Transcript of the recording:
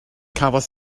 cafodd